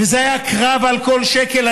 וזה היה קרב על כל שקל.